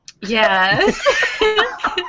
Yes